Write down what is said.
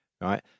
right